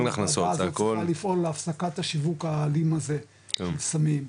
הוועדה צריכה לפעול להפסקת השיווק האלים הזה של סמים,